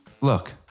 look